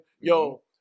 yo